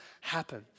happen